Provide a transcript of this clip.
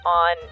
on